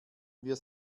wir